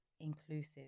inclusive